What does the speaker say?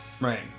Right